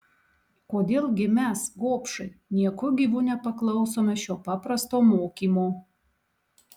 kodėl gi mes gobšai nieku gyvu nepaklausome šio paprasto mokymo